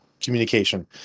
Communication